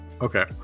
Okay